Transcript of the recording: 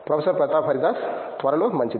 professor Pratap Haridas త్వరలో మంచిది